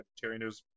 Vegetarianism